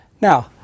Now